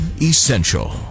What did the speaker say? essential